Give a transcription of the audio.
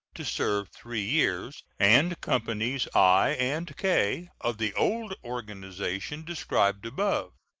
to serve three years, and companies i and k, of the old organization described above.